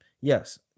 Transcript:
Yes